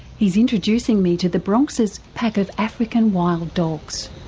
he's introducing me to the bronx's pack of african wild dogs.